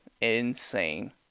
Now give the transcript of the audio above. insane